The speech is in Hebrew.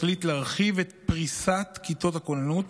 החליט להרחיב את פריסת כיתות הכוננות